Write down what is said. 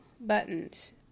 buttons